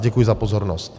Děkuji za pozornost.